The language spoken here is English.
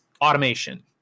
automation